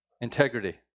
Integrity